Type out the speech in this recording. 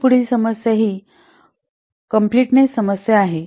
आणि पुढील समस्या ही कॉम्प्लेटनेस समस्या आहे